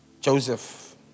Joseph